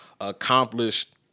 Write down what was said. accomplished